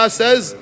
says